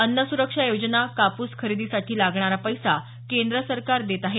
अन्न सुरक्षा योजना कापूस खरेदीसाठी लागणारा पैसा केंदूर सरकार देत आहे